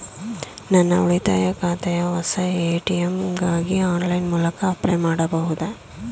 ನನ್ನ ಉಳಿತಾಯ ಖಾತೆಯ ಹೊಸ ಎ.ಟಿ.ಎಂ ಗಾಗಿ ಆನ್ಲೈನ್ ಮೂಲಕ ಅಪ್ಲೈ ಮಾಡಬಹುದೇ?